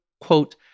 quote